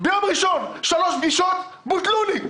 ביום ראשון שלוש פגישות בוטלו לי.